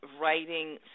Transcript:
writing